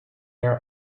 are